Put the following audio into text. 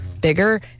bigger